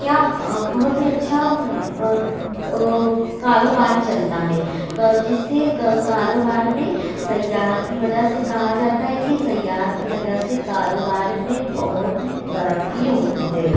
کیا بہت ہی اچھا کاروبار چلتا ہے جس سے کاروبار میں سیاحت کی وجہ سے کہا جاتا ہے کہ سیاحت کی وجہ سے کاروبار میں بہت ہی ترقّی ہوتی ہے